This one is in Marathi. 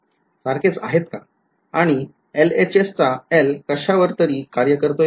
आणि LHS चा L कशावर तरी कार्य करतोय का